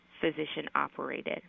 physician-operated